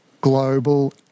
global